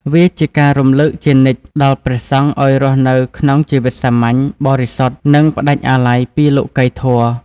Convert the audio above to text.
វាជាការរំលឹកជានិច្ចដល់ព្រះសង្ឃឲ្យរស់នៅក្នុងជីវិតសាមញ្ញ បរិសុទ្ធ និងផ្តាច់អាល័យពីលោកិយធម៌។